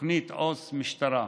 לתוכנית "עו"ס משטרה".